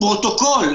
פרוטוקול.